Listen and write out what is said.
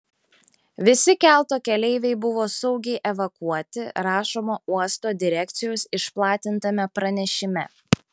visi kelto keleiviai buvo saugiai evakuoti rašoma uosto direkcijos išplatintame pranešime